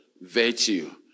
Virtue